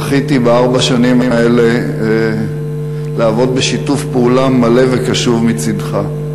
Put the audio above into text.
זכיתי בארבע השנים האלה לעבוד בשיתוף פעולה מלא וקשוב מצדך.